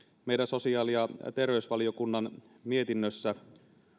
meidän sosiaali ja terveysvaliokunnan mietinnössä